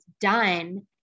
done